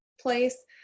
place